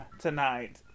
tonight